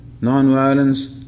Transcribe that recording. non-violence